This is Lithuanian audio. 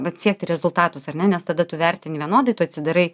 vat siekti rezultatus ar ne nes tada tu vertini vienodai tu atsidarai